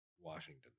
Washington